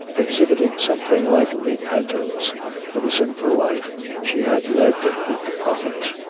exhibited something like repentance for the sinful life she had led with the prophet.